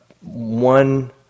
one